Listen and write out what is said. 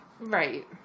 right